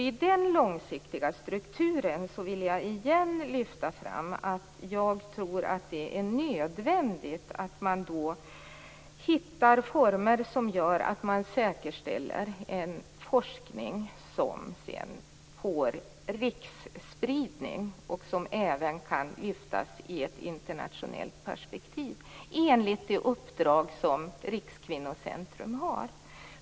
I den långsiktiga strukturen vill jag lyfta fram att det är nödvändigt att hitta former för att säkerställa en forskning som får riksspridning och som även kan dryftas i ett internationellt perspektiv - enligt det uppdrag som Rikskvinnocentrum har.